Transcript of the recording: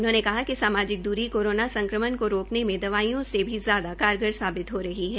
उन्होंने कहा कि सामाजिक दूरी कोरोना संक्रमण को रोकने मे दवाइयों से भी ज्यादा कारगार साबित हो रही है